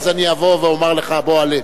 אז אני אבוא ואומר לך: בוא, עלה.